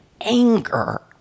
anger